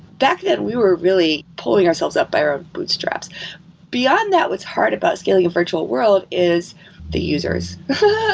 back then, we were really pulling ourselves up by our bootstraps beyond that, what's hard about scaling a virtual world is the users.